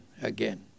again